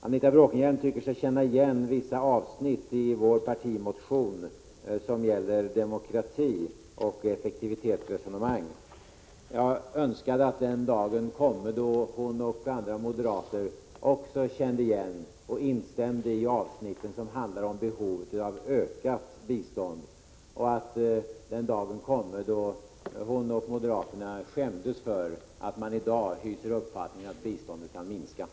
Anita Bråkenhielm tycker sig känna igen vissa avsnitt som gäller demokrati och effektivitetsresonemang i vår partimotion. Jag önskar att den dag kom då hon och andra moderater också kände igen och instämde i avsnitten som handlar om behov av ökat bistånd och att den dag kom då hon och moderaterna skämdes för att de i dag hyser uppfattningen att biståndet kan minskas.